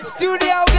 Studio